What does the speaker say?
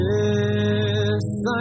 Yes